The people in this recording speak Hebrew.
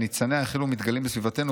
שניצניה החלו מתגלים בסביבתנו,